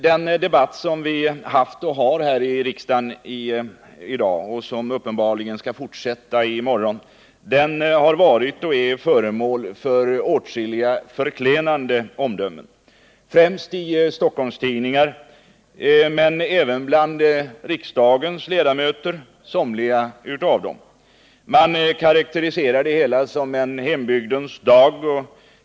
Den debatt som vi har haft och nu har här i riksdagen — och som uppenbarligen kommer att fortsätta i morgon — har varit och är föremål för åtskilliga förklenande omdömen, främst i Stockholmstidningar men även från somliga riksdagsledamöter. Det hela karakteriseras som en Hembygdens dag.